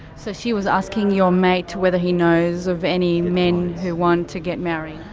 so she was asking your mate whether he knows of any men who want to get married?